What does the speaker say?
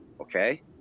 Okay